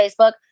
Facebook